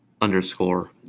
underscore